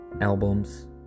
albums